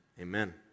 amen